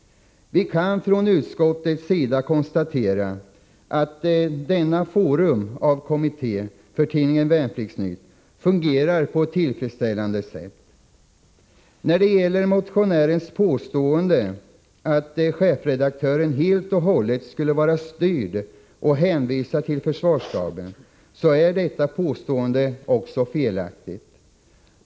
Vi kan från utskottsmajoritetens sida konstatera att denna form av kommitté för tidningen Värnpliktsnytt fungerar på ett tillfredsställande sätt. Motionärens påstående att chefredaktören helt och hållet skulle vara styrd av och hänvisad till försvarsstaben är också felaktigt.